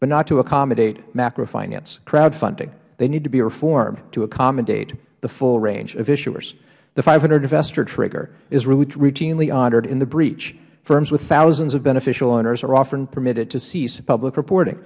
but not to accommodate macro finance crowdfunding they need to be reformed to accommodate the full range of issuers the five hundred investor trigger is routinely honored in the breach firms with thousands of beneficial owners are often permitted to cease public reporting